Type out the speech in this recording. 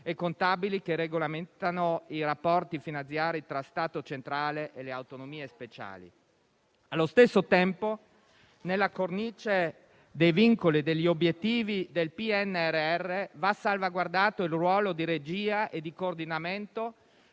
e contabili che regolamentano i rapporti finanziari tra Stato centrale e autonomie speciali. Allo stesso tempo, nella cornice dei vincoli e degli obiettivi del PNRR, va salvaguardato il ruolo di regia e di coordinamento